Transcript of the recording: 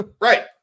Right